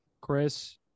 Chris